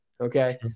Okay